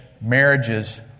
marriages